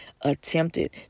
attempted